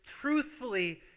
truthfully